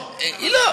לא.